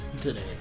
today